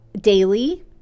daily